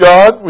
God